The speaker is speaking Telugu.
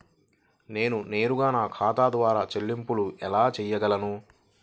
నేను నేరుగా నా ఖాతా ద్వారా చెల్లింపులు ఎలా చేయగలను?